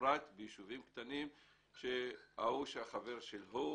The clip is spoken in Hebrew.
בפרט ביישובים קטנים שבהם ההוא חבר של ההוא